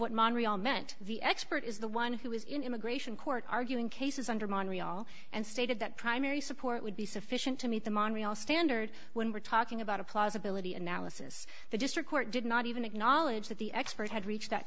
what montral meant the expert is the one who is in immigration court arguing cases under montral and stated that primary support would be sufficient to meet the monorail standard when we're talking about a plausibility analysis the district court did not even acknowledge that the expert had reached that